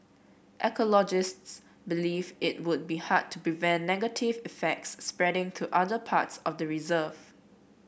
ecologists believe it would be hard to prevent negative effects spreading to other parts of the reserve